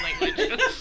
language